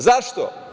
Zašto?